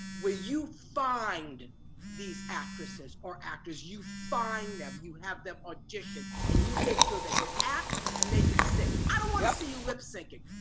where you find these actresses or actors, you find them, you have them audition, and you make sure they can act and they can sing. i don't wanna see you lip synching.